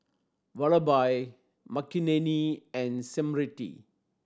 Vallabhbhai Makineni and Smriti